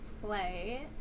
play